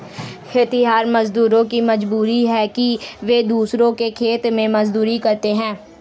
खेतिहर मजदूरों की मजबूरी है कि वे दूसरों के खेत में मजदूरी करते हैं